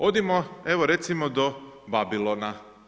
Odimo evo recimo do Babilona.